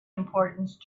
importance